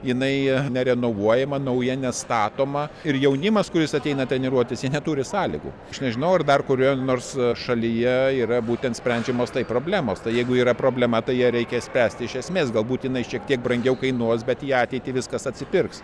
jinai nerenovuojama nauja nestatoma ir jaunimas kuris ateina treniruotis jie neturi sąlygų aš nežinau ar dar kurioje nors šalyje yra būtent sprendžiamos problemos tai jeigu yra problema tai ją reikia spręsti iš esmės galbūt jinai šiek tiek brangiau kainuos bet į ateitį viskas atsipirks